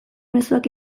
mezuak